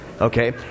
okay